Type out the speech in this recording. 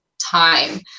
time